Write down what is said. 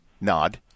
nod